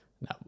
no